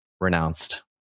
renounced